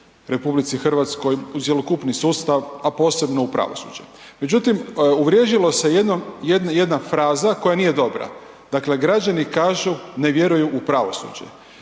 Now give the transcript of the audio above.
u RH u cjelokupni sustav, a posebno u pravosuđe. Međutim, uvriježila se jedna fraza koja nije dobra. Dakle građani kažu ne vjeruju u pravosuđe.